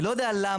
אני לא יודע למה,